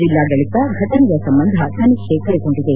ಜೆಲ್ಲಾಡಳಿತ ಘಟನೆಯ ಸಂಬಂಧ ತನಿಖೆ ಕ್ಲೆಗೊಂಡಿದೆ